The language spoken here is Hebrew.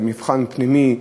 זה מבחן פנימי,